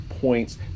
points